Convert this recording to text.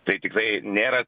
tai tikrai nėra